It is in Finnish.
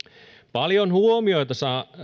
paljon huomiota